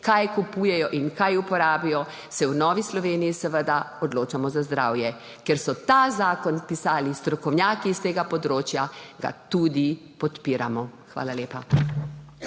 kaj kupujejo in kaj uporabijo, se v Novi Sloveniji seveda odločamo za zdravje. Ker so ta zakon pisali strokovnjaki s tega področja, ga tudi podpiramo. Hvala lepa.